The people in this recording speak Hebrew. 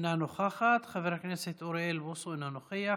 אינה נוכחת, חבר הכנסת אוריאל בוסו, אינו נוכח.